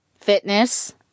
fitness